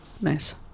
Nice